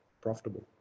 profitable